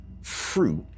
fruit